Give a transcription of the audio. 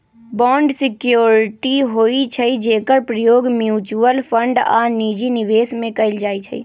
bond security होइ छइ जेकर प्रयोग म्यूच्यूअल फंड आऽ निजी निवेश में कएल जाइ छइ